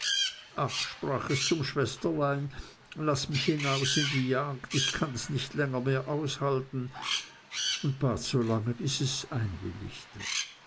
ach sprach es zum schwesterlein laß mich hinaus in die jagd ich kanns nicht länger mehr aushalten und bat so lange bis es